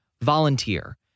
Volunteer